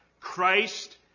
Christ